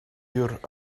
pure